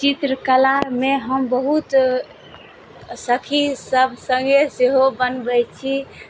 चित्रकलामे हम बहुत सखी सभ सङ्गे सेहो बनबइ छी